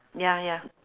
ya ya